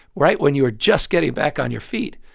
right when you were just getting back on your feet,